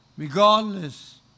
regardless